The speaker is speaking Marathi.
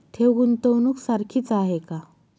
ठेव, गुंतवणूक सारखीच आहे का?